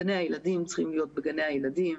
גני הילדים צריכים להיות בגני הילדים,